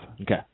Okay